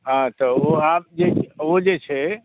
हँ तऽ ओ आब ओ जे छै